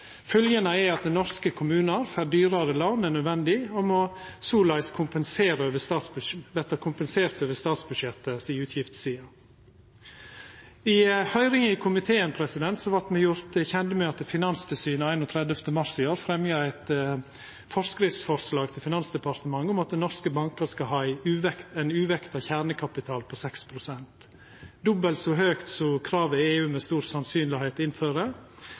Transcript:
er at norske kommunar får dyrare lån enn nødvendig og må såleis verta kompenserte over utgiftssida til statsbudsjettet. I høyringa i komiteen vart me gjorde kjende med at Finanstilsynet den 31. mars i år fremja eit forskriftsforslag til Finansdepartementet om at norske bankar skal ha ein uvekta kjernekapital på 6 pst. – dobbelt så høgt som kravet EU